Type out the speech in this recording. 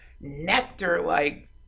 nectar-like